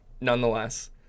nonetheless